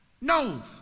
No